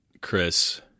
Chris